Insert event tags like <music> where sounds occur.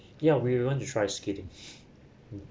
yeah we would want to try skiing <breath>